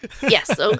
Yes